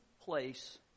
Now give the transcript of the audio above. place